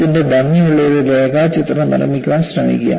ഇതിന്റെ ഭംഗിയുള്ള ഒരു രേഖാചിത്രം നിർമ്മിക്കാൻ ശ്രമിക്കുക